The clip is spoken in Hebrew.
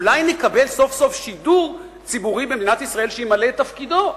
אולי נקבל סוף-סוף שידור ציבורי במדינת ישראל שימלא את תפקידו,